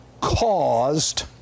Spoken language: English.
caused